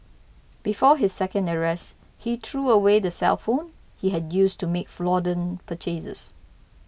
before his second arrest he threw away the cellphone he had used to make fraudulent purchases